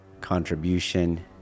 contribution